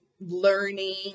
learning